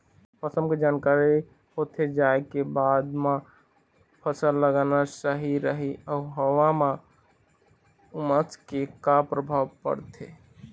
मौसम के जानकारी होथे जाए के बाद मा फसल लगाना सही रही अऊ हवा मा उमस के का परभाव पड़थे?